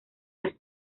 las